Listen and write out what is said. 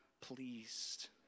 pleased